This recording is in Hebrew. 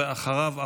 ואחריו,